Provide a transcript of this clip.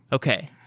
okay.